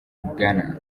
ghana